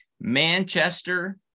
Manchester